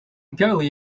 goalie